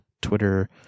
Twitter